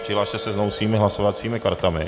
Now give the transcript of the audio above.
Přihlaste se znovu svými hlasovacími kartami.